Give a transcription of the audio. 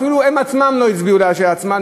אפילו הן עצמן לא הצביעו לעצמן,